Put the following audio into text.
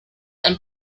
and